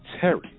Terry